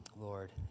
lord